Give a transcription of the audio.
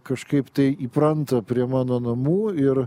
kažkaip tai įpranta prie mano namų ir